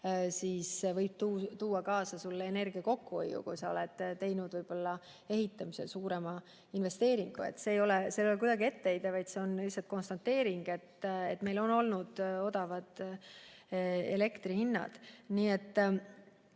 võib see tuua kaasa sulle energia kokkuhoiu, kui sa oled teinud võib-olla ehitamisel suurema investeeringu. See ei ole kuidagi etteheide, vaid see on lihtsalt konstateering, et meil on olnud odavad elektrihinnad. Nii et